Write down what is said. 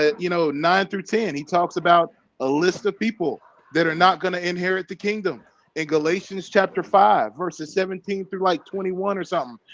ah you know nine through ten he talks about a list of people that are not going to inherit the kingdom in galatians chapter five verses seventeen through right twenty one or something.